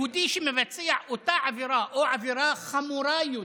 יהודי שמבצע את אותה עבירה או עבירה חמורה יותר,